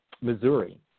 Missouri